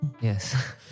Yes